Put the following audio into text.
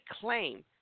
claim